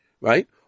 right